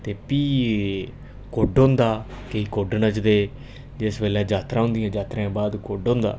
ते फ्ही कु़ड्ड होंदा केईं कुड्ड नचदे जिस बेल्लै जात्तरां होंदियां जात्तरा दे बाद कुड्ड होंदा